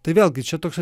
tai vėlgi čia toks